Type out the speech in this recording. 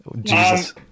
Jesus